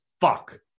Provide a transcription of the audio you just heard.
fuck